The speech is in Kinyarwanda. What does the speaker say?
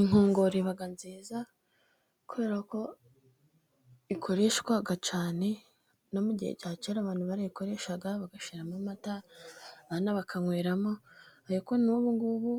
Inkongoro iba nziza kubera ko ikoreshwa cyane, no mu gihe cya kera abantu barayikoreshaga bagashyiramo amata abana bakanweramo, ariko n'ubu ngubu